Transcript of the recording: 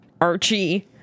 Archie